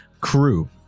crew